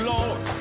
Lord